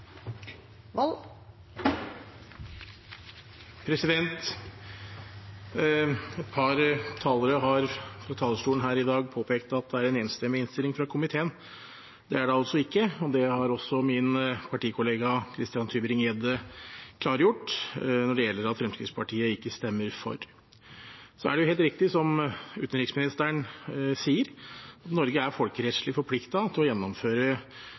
Et par talere har fra talerstolen her i dag påpekt at det er en enstemmig innstilling fra komiteen. Det er det altså ikke, og det har da også min partikollega Christian Tybring-Gjedde klargjort: Fremskrittspartiet stemmer ikke for. Så er det helt riktig, som utenriksministeren sier, at Norge er folkerettslig forpliktet til å gjennomføre